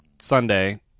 Sunday